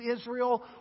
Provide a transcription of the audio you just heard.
Israel